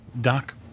Doc